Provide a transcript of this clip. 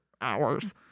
hours